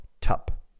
tup